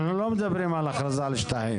אנחנו לא מדברים על הכרזה על שטחים.